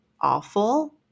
awful